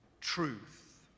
truth